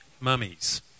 mummies